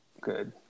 good